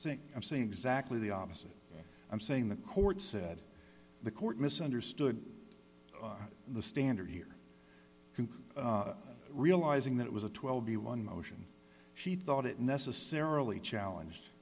saying i'm saying exactly the opposite i'm saying the court said the court misunderstood the standard here realizing that it was a twelve b one motion she thought it necessarily challenged